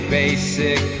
basic